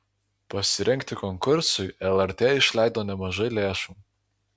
pasirengti konkursui lrt išleido nemažai lėšų